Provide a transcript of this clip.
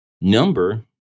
Number